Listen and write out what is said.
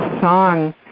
song